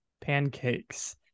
pancakes